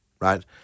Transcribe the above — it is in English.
right